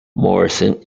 morrison